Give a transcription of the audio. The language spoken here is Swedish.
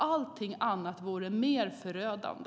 Allting annat vore förödande.